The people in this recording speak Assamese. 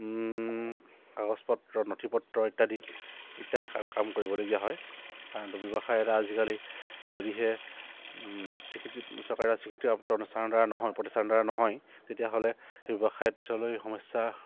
কাগজপত্ৰ নথি পত্ৰ ইত্যাদি ইত্যাদি কাম কৰিবলগীয়া হয় কাৰণতো ব্যৱসায় এটা আজিকালি যদিহে স্বীকৃতি চৰকাৰে স্বীকৃতি অনুষ্ঠান দ্বাৰা নহয় প্ৰতিষ্ঠান দ্বাৰা নহয় তেতিয়াহ'লে সেই ব্যৱসায়ত পিছলৈ সমস্যা